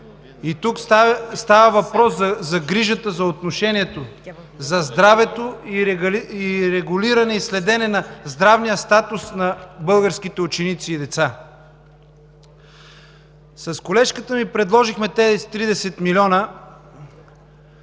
Тук става въпрос за грижата, за отношението, за здравето и регулиране и следене на здравния статус на българските ученици и деца. С колежката ми предложихме тези 30 милиона,